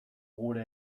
gure